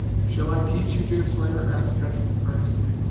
shall i teach you, deerslayer? asked hetty, earnestly.